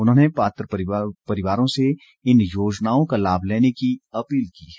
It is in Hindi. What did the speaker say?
उन्होंने पात्र व्यक्तियों से इन योजनाओं का लाभ लेने की अपील की है